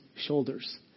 shoulders